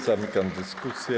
Zamykam dyskusję.